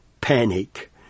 panic